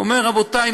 אמר: רבותיי,